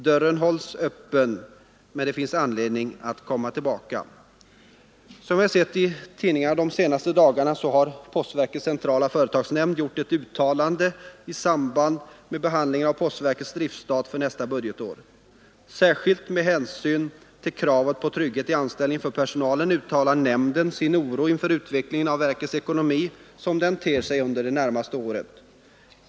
Dörren hålls öppen, men det finns anledning att komma tillbaka. Som vi sett i tidningarna de senaste dagarna har postverkets centrala företagsnämnd gjort ett uttalande i samband med behandlingen av postverkets driftstat för nästa budgetår. Särskilt med hänsyn till kravet på trygghet i anställningen för personalen uttalar nämnden sin oro inför utvecklingen av verkets ekonomi sådan den ter sig för de närmaste åren.